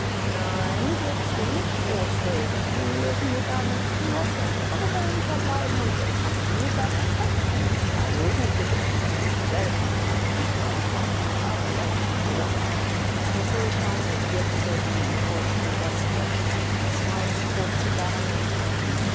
nein blitzwenig großwild die löwenjäger möchten nur fern von ruanda bleiben und die elefantenjäger erst recht denn die paar löwen töteten die watussi selbst und die paar elefanten seien längst tot der sultan bewirtete seine enttäuschten gäste ließ maisstrohzigarren und ein